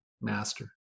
master